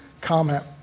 comment